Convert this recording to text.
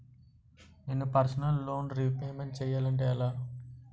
నేను నా personal loan repayment చేయాలంటే ఎలా?